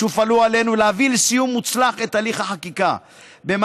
ולהביא את הליך החקיקה לסיום מוצלח.